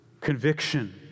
conviction